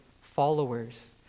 followers